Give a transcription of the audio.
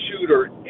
shooter